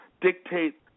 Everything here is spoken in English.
dictate